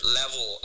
level